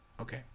Okay